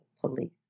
police